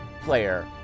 player